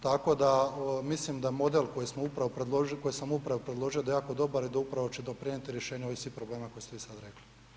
Tako da mislim da model koji smo upravo predložili, koji sam upravo predložio da je jako dobar i da upravo će doprinijeti rješenju ovih svih problema koje ste vi sad rekli.